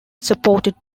supported